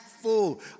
Full